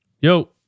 Yo